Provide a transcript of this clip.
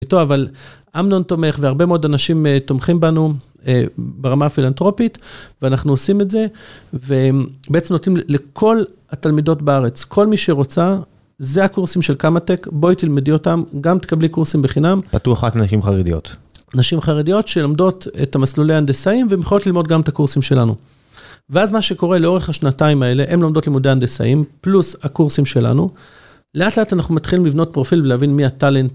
טוב אבל אמנון תומך והרבה מאוד אנשים תומכים בנו ברמה הפילנטרופית ואנחנו עושים את זה ובעצם נותנים לכל התלמידות בארץ, כל מי שרוצה, זה הקורסים של כמה טק, בואי תלמדי אותם, גם תקבלי קורסים בחינם. פתוח רק לנשים חרדיות. נשים חרדיות שלומדות את המסלולי ההנדסאים ויכולות ללמוד גם את הקורסים שלנו. ואז מה שקורה לאורך השנתיים האלה, הם לומדות לימודי הנדסאים פלוס הקורסים שלנו, לאט לאט אנחנו מתחילים לבנות פרופיל ולהבין מי הטאלנט.